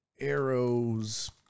Arrows